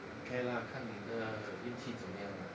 okay lah 看你的运气怎么样 lah